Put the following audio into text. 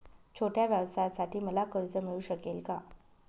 छोट्या व्यवसायासाठी मला कर्ज मिळू शकेल का?